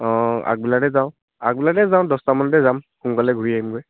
অ' আগবেলাতে যাওঁ আগবেলাতে যাওঁ দছোটামানতে যাম সোনকালে ঘূৰি আহিমগৈ